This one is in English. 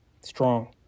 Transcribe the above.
strong